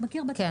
כן.